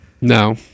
no